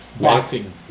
boxing